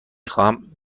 خواهم